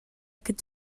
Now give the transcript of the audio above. could